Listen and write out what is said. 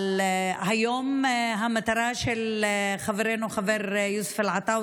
אבל היום המטרה של חברנו יוסף עטאונה